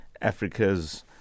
Africa's